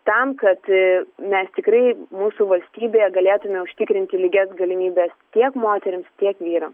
tam kad mes tikrai mūsų valstybėje galėtume užtikrinti lygias galimybes tiek moterims tiek vyrams